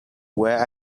where